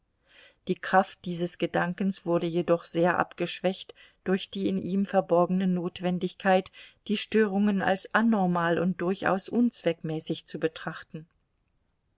die kraft dieses gedankens wurde jedoch sehr abgeschwächt durch die in ihm verborgene notwendigkeit die störungen als anormal und durchaus unzweckmäßig zu betrachten